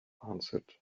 answered